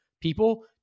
people